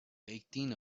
eighteen